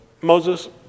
Moses